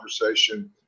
conversation